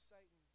Satan